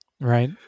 right